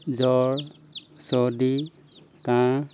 জ্বৰ চৰ্দি কাঁহ